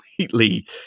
completely